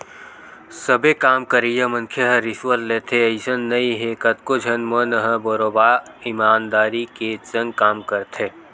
सबे काम करइया मनखे ह रिस्वत लेथे अइसन नइ हे कतको झन मन ह बरोबर ईमानदारी के संग काम करथे